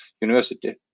University